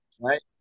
Right